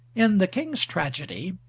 in the king's tragedy,